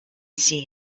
see